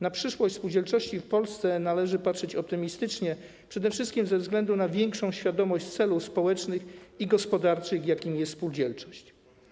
Na przyszłość spółdzielczości w Polsce należy patrzeć optymistycznie, przede wszystkim ze względu na większą świadomość celów społecznych i gospodarczych, jakimi jest spółdzielczość.